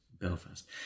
Belfast